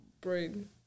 brain